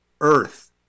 earth